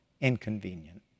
inconvenient